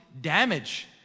damage